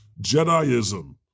Jediism